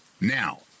Now